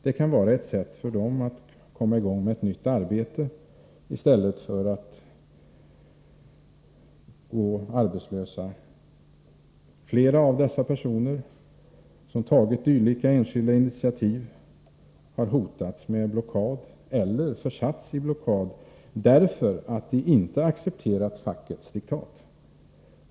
Det kan vara ett sätt för dem att komma i gång med ett nytt arbete i stället för fortsatt arbetslöshet. Flera av de personer som har tagit dylika enskilda initiativ har hotats med blockad eller försatts i blockad, därför att de inte har accepterat fackets diktat.